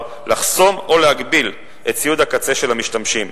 לחסום או להגביל את ציוד הקצה של המשתמשים.